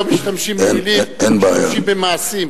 בשביל השר הזה לא משתמשים במלים, משתמשים במעשים.